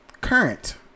Current